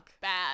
bad